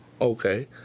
Okay